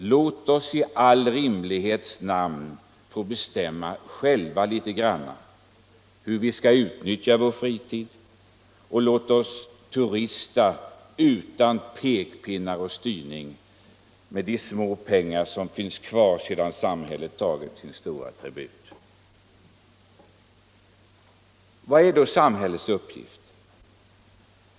Låt oss i all rimlighets namn själva få bestämma litet grand hur vi skall utnyttja vår fritid och låt oss turista utan pekpinnar och styrning, med de små pengar som finns kvar sedan samhället tagit sin stora tribut. Vad är då samhällets uppgift?